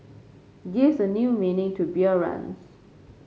gives a new meaning to beer runs